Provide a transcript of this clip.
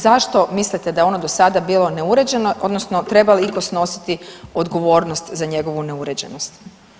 Zašto mislite da je ono do sada bilo neuređeno odnosno treba li itko snositi odgovornost za njegovu neuređenost?